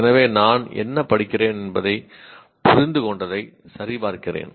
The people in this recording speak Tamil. எனவே நான் என்ன படிக்கிறேன் என்பதை புரிந்துகொண்டதை சரிபார்க்கிறேன்